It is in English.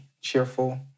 Cheerful